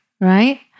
right